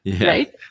right